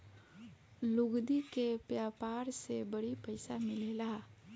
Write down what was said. लुगदी के व्यापार से बड़ी पइसा मिलेला